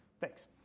Thanks